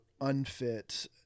unfit